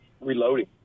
reloading